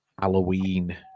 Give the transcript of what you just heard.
Halloween